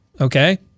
Okay